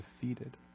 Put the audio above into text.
defeated